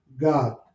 God